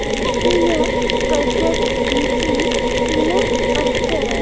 ᱤᱧᱟᱹᱜ project meeting ᱛᱤᱱᱟᱹᱜ ᱚᱠᱛᱮᱨᱮ